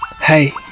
Hey